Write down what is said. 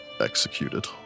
executed